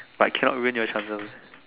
but cannot ruin your chances